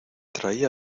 traía